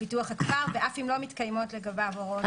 ופיתוח הכפר ואף אם לא מתקיימות לגביו הוראות פרק זה.